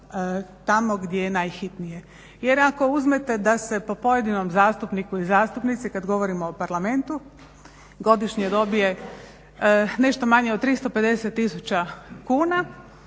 tamo gdje je najhitnije. Jer ako uzmete da se po pojedinom zastupniku i zastupnici kad govorimo o Parlamentu godišnje dobije nešto manje od 350 tisuća kuna,